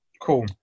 Cool